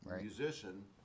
musician